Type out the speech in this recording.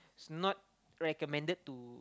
it's not recommended to